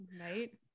Right